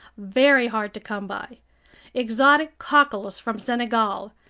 very hard to come by exotic cockles from senegal,